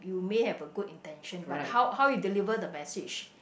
you may have a good intention but how how you deliver the message